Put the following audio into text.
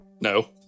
No